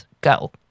Go